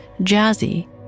Jazzy